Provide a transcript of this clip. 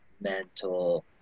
mental